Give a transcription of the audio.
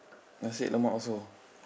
nasi lemak also